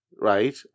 right